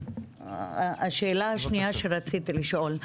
השאלה השנייה שרציתי לשאול.